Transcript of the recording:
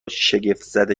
شگفتزده